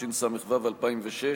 התשס"ו 2006,